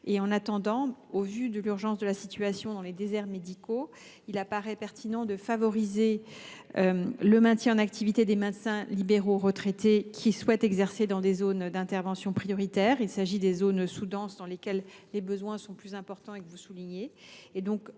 En attendant, au vu de l’urgence de la situation dans les déserts médicaux, il apparaît pertinent de favoriser le maintien en activité des médecins libéraux retraités qui souhaitent exercer dans des zones d’intervention prioritaires, à savoir les zones sous denses, dans lesquelles, comme vous le soulignez,